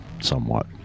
somewhat